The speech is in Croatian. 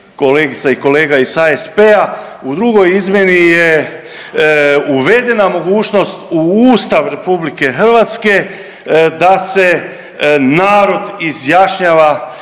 kolegica i kolega iz HSP-a u drugoj izmjeni je uvedena mogućnost u Ustav Republike Hrvatske da se narod izjašnjava